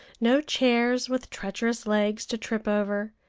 no chairs with treacherous legs to trip over,